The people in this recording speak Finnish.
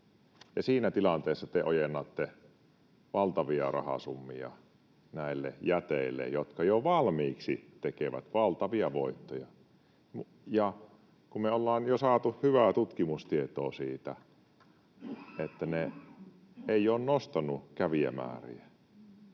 Siinä tilanteessa te ojennatte valtavia rahasummia näille jäteille, jotka jo valmiiksi tekevät valtavia voittoja, kun me ollaan jo saatu hyvää tutkimustietoa siitä, että ne eivät ole nostaneet kävijämääriä.